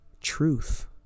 truth